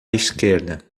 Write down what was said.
esquerda